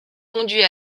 conduit